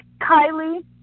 Kylie